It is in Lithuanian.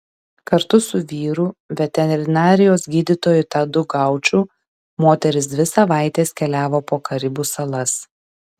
kartu su vyru veterinarijos gydytoju tadu gauču moteris dvi savaites keliavo po karibų salas